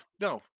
no